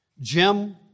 Jim